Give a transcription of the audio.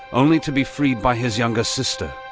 only to be freed by his younger sister.